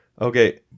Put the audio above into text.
Okay